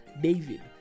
David